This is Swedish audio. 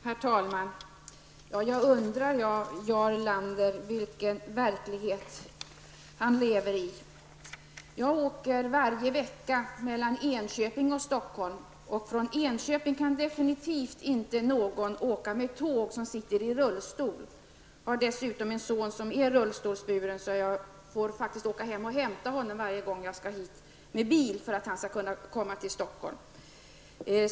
Herr talman! Jag undrar vilken verklighet Jarl Lander lever i. Varje vecka åker jag mellan Enköping och Stockholm. Från Enköping är det definitivt omöjligt för den som sitter i rullstol att åka tåg. Jag har själv en son som är rullstolsbunden. Jag måste faktiskt åka hem och hämta honom varje gång jag skall åka hit med bil för att han skall kunna komma till Stockholm.